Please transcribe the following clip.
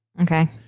Okay